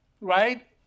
Right